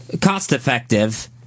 cost-effective